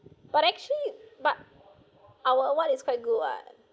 but actually but our what is quite good [what]